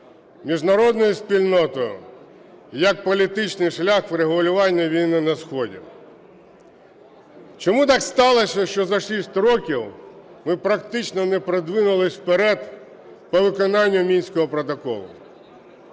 міжнародною спільнотою як політичний шлях врегулювання війни на сході. Чому так сталося, що за шість років ми практично не продвинулися вперед по виконанню Мінського протоколу.